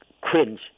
cringe